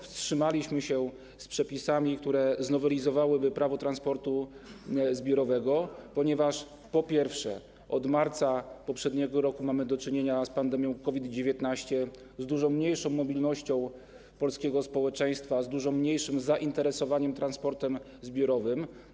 Wstrzymaliśmy się z przepisami, które znowelizowałyby prawo transportu zbiorowego, dlatego że po pierwsze, od marca poprzedniego roku mamy do czynienia z pandemią COVID-19, a co za tym idzie - z dużo mniejszą mobilnością polskiego społeczeństwa, z dużo mniejszym zainteresowaniem transportem zbiorowym.